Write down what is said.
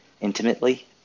intimately